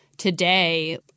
today